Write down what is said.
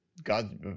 god